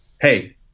Hey